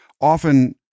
often